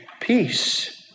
Peace